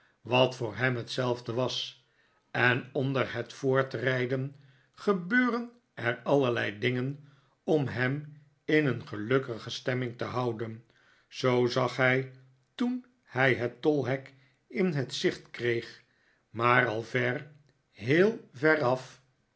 wat voor hem hetzelfde was en onder het voortrijden gebeurden er allerlei dingen om hem in een gelukkige stemming te houden zoo zag hij toen hij het tolhek in het zicht kreeg maar al ver heel veraf